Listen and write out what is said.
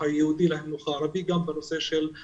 היהודי לבין המוצא על החינוך הערבי גם בנושא הדיגיטלי.